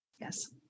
Yes